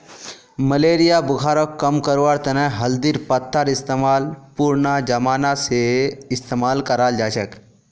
malaria बुखारक कम करवार तने हल्दीर पत्तार इस्तेमाल पुरना जमाना स इस्तेमाल कराल जाछेक